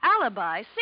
Alibi